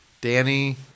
Danny